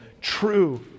true